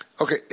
Okay